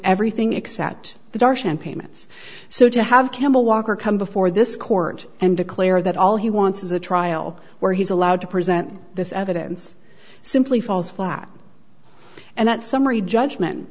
everything except the darshan payments so to have campbell walker come before this court and declare that all he wants is a trial where he's allowed to present this evidence simply falls flat and that summary judgment